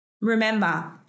Remember